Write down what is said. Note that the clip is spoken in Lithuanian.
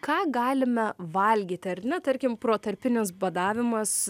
ką galime valgyti ar ne tarkim protarpinis badavimas